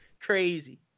crazy